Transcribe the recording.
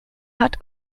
hat